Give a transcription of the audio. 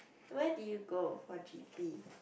where did you go for g_p